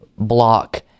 block